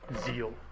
zeal